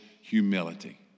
humility